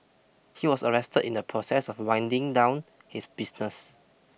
he was arrested in the process of winding down his business